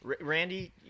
Randy